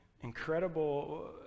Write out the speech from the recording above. incredible